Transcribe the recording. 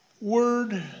word